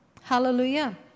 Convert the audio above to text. Hallelujah